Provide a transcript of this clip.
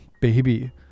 baby